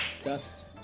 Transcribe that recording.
dust